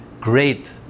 great